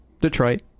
Detroit